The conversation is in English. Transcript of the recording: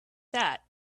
that